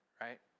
right